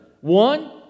One